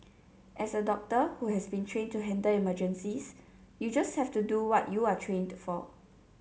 as a doctor who has been trained to handle emergencies you just have to do what you are trained for